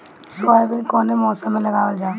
Soybean कौने मौसम में लगावल जा?